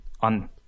on